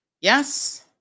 Yes